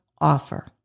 offer